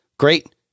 great